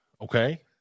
Okay